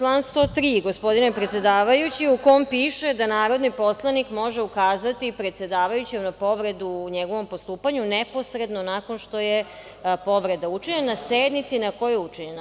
Član 103, gospodine predsedavajući, u kom piše da narodni poslanik može ukazati predsedavajućem na povredu u njegovom postupanju neposredno nakon što je povreda učinjena, na sednici na kojoj je učinjena.